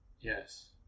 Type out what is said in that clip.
Yes